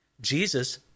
Jesus